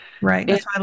Right